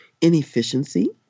inefficiency